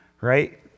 right